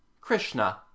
Krishna